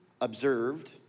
observed